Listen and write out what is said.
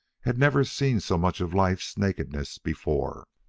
had never seen so much of life's nakedness before.